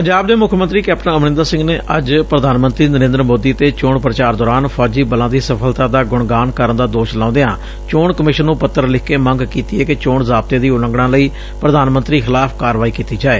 ਪੰਜਾਬ ਦੇ ਮੁੱਖ ਮੰਤਰੀ ਕੈਪਟਨ ਅਮਰੰਦਰ ਸਿੰਘ ਨੇ ਅੱਜ ਪ੍ਧਾਨ ਮੰਤਰੀ ਨਰੇਂਦਰ ਮੋਦੀ ਤੇ ਚੋਣ ਪ੍ਰਚਾਰ ਦੌਰਾਨ ਫੌਜੀ ਬਲਾਂ ਦੀ ਸਫ਼ਲਤਾ ਦਾ ਗੁਣਗਾਣ ਕਰਨ ਦਾ ਦੋਸ਼ ਲਾਉਂਦਿਆਂ ਚੋਣ ਕਮਿਸ਼ਨ ਨੂੰ ਪੱਤਰ ਲਿਖ ਕੇ ਮੰਗ ਕੀਤੀ ਏ ਕਿ ਚੋਣ ਜ਼ਾਬਤੇ ਦੀ ਉਲੰਘਣਾ ਲਈ ਪ੍ਰਧਾਨ ਮੰਤਰੀ ਖਿਲਾਫ਼ ਕਾਰਵਾਈ ਕੀਤੀ ਜਾਵੇ